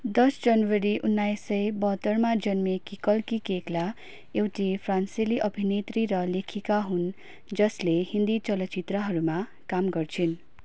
दस जनवरी उनाइस सय बहत्तरमा जन्मिएकी कल्की केक्ला एउटी फ्रान्सेली अभिनेत्री र लेखिका हुन् जसले हिन्दी चलचित्रहरूमा काम गर्छिन्